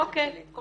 אין חיה כזאת.